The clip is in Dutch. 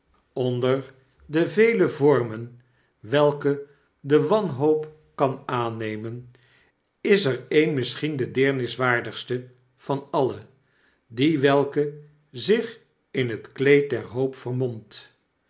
gevolgen de vele vormen welke de wanhoop kan aannemen is er een misschien dedeerniswaardigste van alle die welke zich in het kleed der hoop vermomt